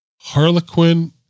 Harlequin